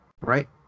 right